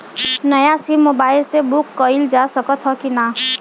नया SIM mobile से book कइलजा सकत ह कि ना?